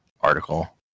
article